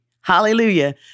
Hallelujah